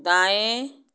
दाएँ